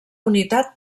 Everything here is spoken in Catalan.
unitat